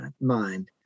mind